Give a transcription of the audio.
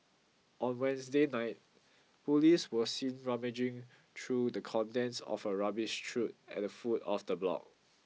on Wednesday night police were seen rummaging through the contents of a rubbish chute at the foot of the block